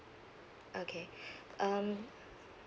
okay um